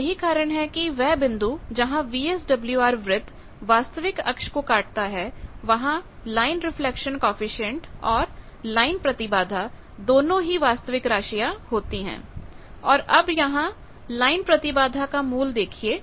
तो यही कारण है कि वह बिंदु जहां वीएसडब्ल्यूआर वृत्त वास्तविक अक्ष को काटता है वहां लाइन रिफ्लेक्शन कॉएफिशिएंट और लाइन प्रतिबाधा दोनों ही वास्तविक राशियां होती हैं और अब यहां लाइन प्रतिबाधा का मूल्य देखिए